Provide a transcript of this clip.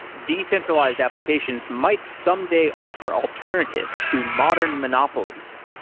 decentralized applications might someday offer alternatives to modern monopolies.